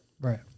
Right